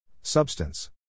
Substance